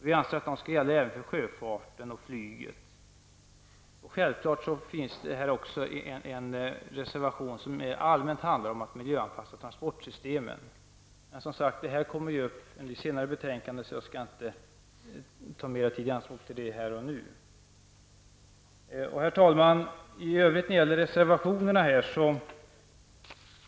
Vi anser att dessa krav skall gälla även för sjöfarten och flyget. Självfallet finns också en reservation som allmänt handlar om en miljöanpassning av transportsystemen. Men detta kommer som sagt upp i samband med debatten kring ett senare betänkande, och jag skall därför inte här och nu ta mer tid i anspråk för dessa frågor. Herr talman!